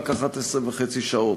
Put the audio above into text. רק 11.5 שעות.